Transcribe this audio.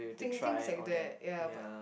thing~ things like that ya but